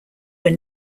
were